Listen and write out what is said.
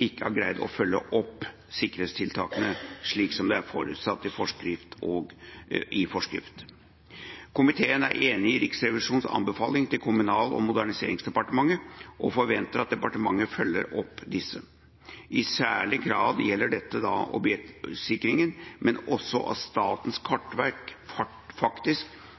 ikke har greid å følge opp sikkerhetstiltakene slik det er forutsatt i forskrift. Komiteen er enig i Riksrevisjonens anbefalinger til Kommunal- og moderniseringsdepartementet og forventer at departementet følger opp disse. I særlig grad gjelder dette objektsikringen, men også at Statens kartverk faktisk